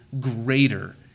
greater